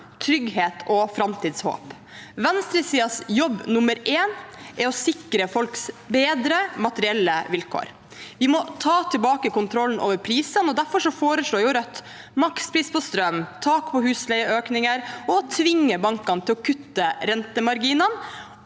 trygghet og framtidshåp. Venstresidens jobb nummer én er å sikre folk bedre materielle vilkår. Vi må ta tilbake kontrollen over prisene, og derfor foreslår Rødt en makspris på strøm, tak på husleieøkninger, å tvinge bankene til å kutte rentemarginene,